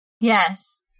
Yes